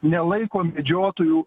nelaiko medžiotojų